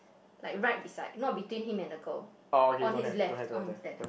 like right beside not between him and the girl on his left on his left